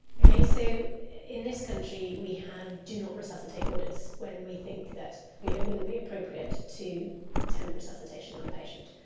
okay, so in this country we have do not resuscitate orders when we think that it wouldn't be appropriate to attempt resuscitation on a patient.